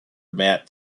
matt